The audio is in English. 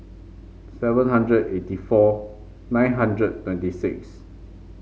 seven hundred eighty four nine hundred twenty six